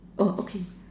oh okay